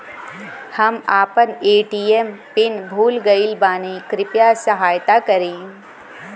हम आपन ATM PIN भूल गईल बानी कृपया सहायता करी